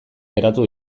geratu